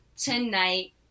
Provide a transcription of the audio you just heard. tonight